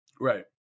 Right